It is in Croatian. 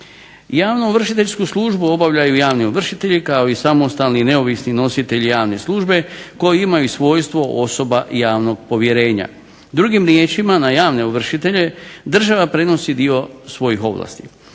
Javnoovršiteljsku službu obavljaju javni ovršitelji kao i samostalni i neovisni nositelji javne službe koji imaju svojstvo osoba javnog povjerenja. Drugim riječima na javne ovršitelje država prenosi dio svojih ovlasti.